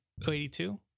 82